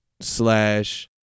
slash